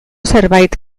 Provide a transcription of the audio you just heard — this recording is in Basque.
zerbait